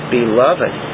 beloved